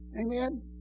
Amen